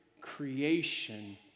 creation